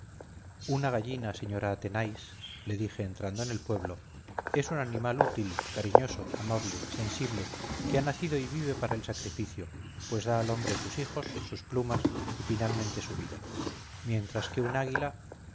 una gallina señorita athenais le dije entrando en el pueblo es un animal útil cariñoso amable sensible que ha nacido y vive para el sacrificio pues da al hombre sus hijos sus plumas y finalmente su vida mientras que un águila